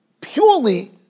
purely